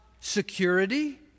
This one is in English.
security